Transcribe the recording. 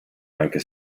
anche